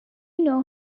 know